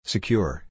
Secure